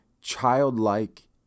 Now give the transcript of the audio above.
childlike